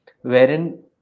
wherein